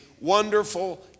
wonderful